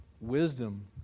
Wisdom